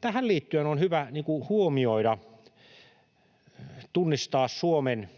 Tähän liittyen on hyvä huomioida, tunnistaa Suomen